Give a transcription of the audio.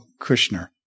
Kushner